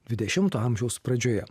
dvidešimto amžiaus pradžioje